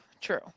true